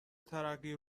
ترقی